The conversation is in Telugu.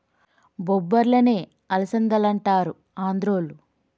బొబ్బర్లనే అలసందలంటారు ఆంద్రోళ్ళు